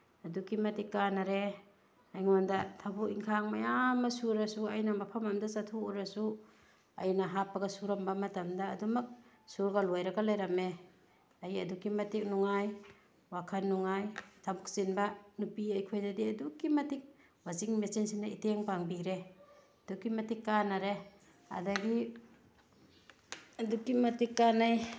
ꯑꯗꯨꯛꯀꯤ ꯃꯇꯤꯛ ꯀꯥꯅꯔꯦ ꯑꯩꯉꯣꯟꯗ ꯊꯕꯛ ꯏꯪꯈꯥꯡ ꯃꯌꯥꯝ ꯑꯃ ꯁꯨꯔꯁꯨ ꯑꯩꯅ ꯃꯐꯝ ꯑꯃꯗ ꯆꯠꯊꯣꯛꯈ꯭ꯔꯁꯨ ꯑꯩꯅ ꯍꯥꯞꯄꯒ ꯁꯨꯔꯝꯕ ꯃꯇꯝꯗ ꯑꯗꯨꯝꯃꯛ ꯁꯨꯕ ꯂꯣꯏꯔꯒ ꯂꯩꯔꯝꯃꯦ ꯑꯩ ꯑꯗꯨꯛꯀꯤ ꯃꯇꯤꯛ ꯅꯨꯡꯉꯥꯏ ꯋꯥꯈꯟ ꯅꯨꯡꯉꯥꯏ ꯊꯕꯛ ꯆꯤꯟꯕ ꯅꯨꯄꯤ ꯑꯩꯈꯣꯏꯗꯗꯤ ꯑꯗꯨꯛꯀꯤ ꯃꯇꯤꯛ ꯋꯥꯆꯤꯡ ꯃꯦꯆꯤꯟꯁꯤꯅ ꯏꯇꯦꯡ ꯄꯥꯡꯕꯤꯔꯦ ꯑꯗꯨꯛꯀꯤ ꯃꯇꯤꯛ ꯀꯥꯅꯔꯦ ꯑꯗꯒꯤ ꯑꯗꯨꯛꯀꯤ ꯃꯇꯤꯛ ꯀꯥꯟꯅꯩ